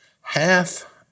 half